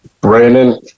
brandon